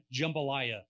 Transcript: jambalaya